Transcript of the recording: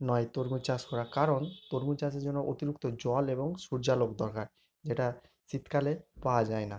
নয় তরমুজ চাষ করা কারণ তরমুজ চাষের জন্য অতিরিক্ত জল এবং সূর্যালোক দরকার যেটা শীতকালে পাওয়া যায় না